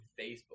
Facebook